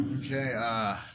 Okay